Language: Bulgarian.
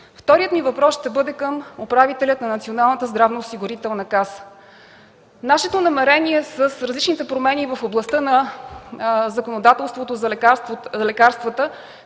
Вторият ми въпрос ще бъде към управителя на Националната здравноосигурителна каса. Нашето намерение с различните промени в областта на законодателството за лекарствата